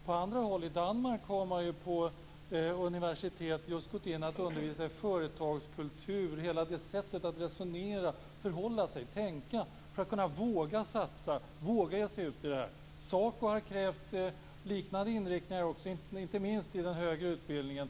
På andra håll, t.ex. i Danmark, har man på universiteten börjat att undervisa i företagskultur och det sättet att tänka, resonera och förhålla sig för att man skall kunna våga att satsa. Också SACO har krävt liknande inriktningar, inte minst inom den högre utbildningen.